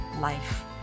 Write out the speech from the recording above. life